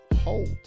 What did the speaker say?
hold